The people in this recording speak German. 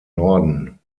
norden